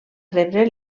rebre